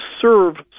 serve